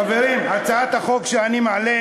חברים, הצעת החוק שאני מעלה